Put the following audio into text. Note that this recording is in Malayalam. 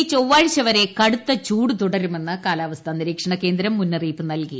ഈ ചൊവ്വാഴ്ച വരെ കടുത്ത ചൂട് തുടരുമെന്ന് കാലാവസ്ഥാ നിരീക്ഷണകേന്ദ്രം മുന്നറിയിപ്പ് നൽകി